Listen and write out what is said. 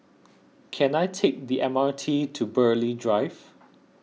can I take the M R T to Burghley Drive